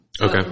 Okay